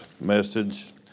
message